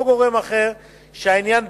או גורם אחר שהעניין בסמכותו,